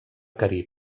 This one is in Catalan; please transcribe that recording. carib